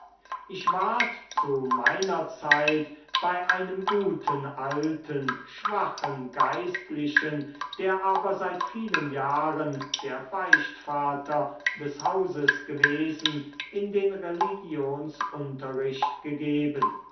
ich ward zu meiner zeit bei einem guten alten schwachen geistlichen der aber seit vielen jahren der beichtvater des hauses gewesen in den religionsunterricht gegeben